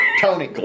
Tony